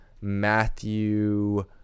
Matthew